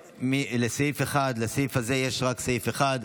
בהצעת החוק יש רק סעיף אחד.